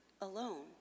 alone